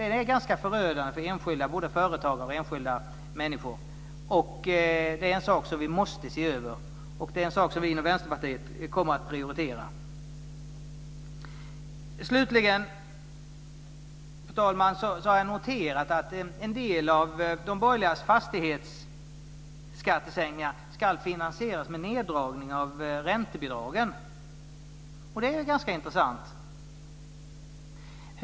Den är ganska förödande för enskilda, både företag och enskilda människor. Det är en sak som vi måste se över. Det är en sak som vi inom Vänsterpartiet kommer att prioritera. Slutligen, fru talman, har jag noterat att en del av de borgerligas fastighetsskattesänkningar ska finansieras med neddragning av räntebidragen. Det är ganska intressant.